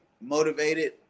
motivated